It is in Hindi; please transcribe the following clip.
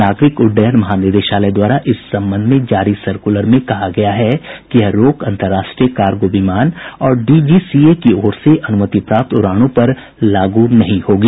नागरिक उड्डयन महानिदेशालय द्वारा इस संबंध में जारी सर्कुलर में कहा गया है कि यह रोक अन्तरराष्ट्रीय कारगो विमान और डीजीसीए की ओर से अनुमति प्राप्त उड़ानों पर लागू नहीं होगी